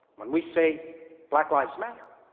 when we say black lives matter,